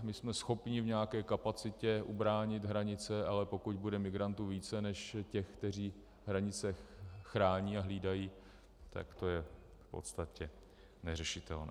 My jsme schopni v nějaké kapacitě ubránit hranice, ale pokud bude migrantů více než těch, kteří hranice chrání a hlídají, tak to je v podstatě neřešitelné.